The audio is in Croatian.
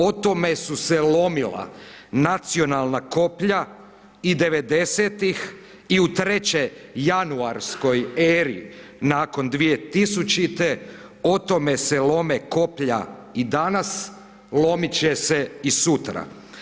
O tome su se lomila nacionalna koplja i '90.-tih i u treće januarskoj eri nakon 2000. o tome se lome koplja i danas, lomiti će se i sutra.